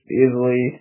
easily